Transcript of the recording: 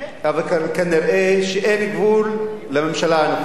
אבל כנראה אין גבול לממשלה הנוכחית.